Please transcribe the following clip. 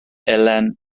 elen